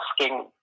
asking